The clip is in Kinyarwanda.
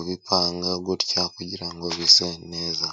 ubipanga gutya, kugira ngo bise neza.